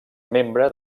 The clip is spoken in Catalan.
membre